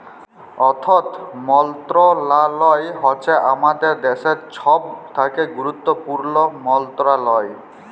অথ্থ মলত্রলালয় হছে আমাদের দ্যাশের ছব থ্যাকে গুরুত্তপুর্ল মলত্রলালয়